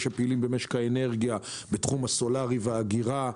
שפעילות במשק האנרגיה בתחום הסולרי והאגירה,